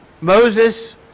Moses